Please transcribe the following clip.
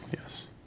yes